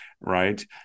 right